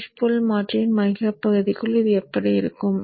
push pull மாற்றியின் மையப்பகுதிக்குள் இது எப்படி இருக்கும்